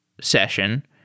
session